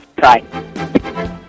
Bye